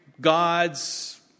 gods